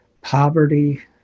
poverty